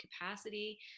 capacity